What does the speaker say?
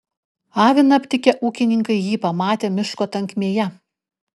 aviną aptikę ūkininkai jį pamatė miško tankmėje